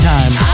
Time